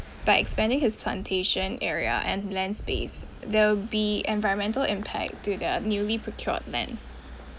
by expanding his plantation area and land space there will be environmental impact to the newly procured land